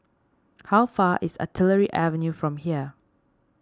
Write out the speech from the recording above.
how far is Artillery Avenue from here